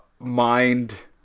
mind